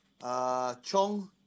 Chong